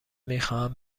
میخواهم